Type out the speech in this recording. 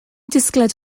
disgled